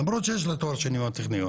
למרות שיש לה תואר שני מהטכניון.